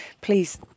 Please